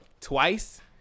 twice